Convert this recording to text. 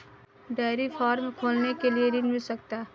Dairy farm खोलने के लिए ऋण मिल सकता है?